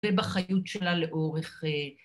‫ובחיות שלה לאורך...